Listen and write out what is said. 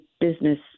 business